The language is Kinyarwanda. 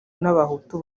n’abahutu